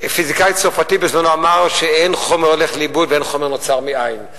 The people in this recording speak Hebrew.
פיזיקאי צרפתי בזמנו אמר שאין חומר הולך לאיבוד ואין חומר נוצר מאין.